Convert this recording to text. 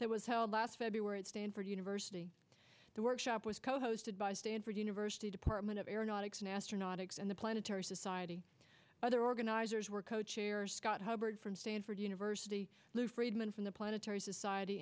that was held last february at stanford university the workshop was co hosted by stanford university department of aeronautics and astronautics and the planetary society other organizers were co chair scott hubbard from stanford university lu friedman from the planetary society